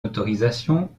autorisation